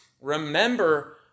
remember